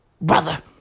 brother